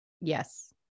Yes